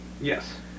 Yes